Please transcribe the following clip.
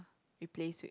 replace with